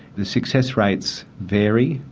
the success rates vary,